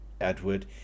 Edward